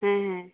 ᱦᱮᱸ ᱦᱮᱸ